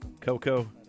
Coco